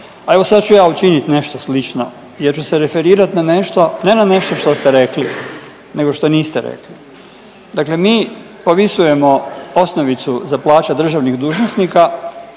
a evo sad ću ja učinit nešto slično jer ću se referirat na nešto, ne na nešto što ste rekli nego što niste rekli. Dakle, mi povisujemo osnovicu za plaće državnih dužnosnika